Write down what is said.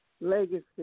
Legacy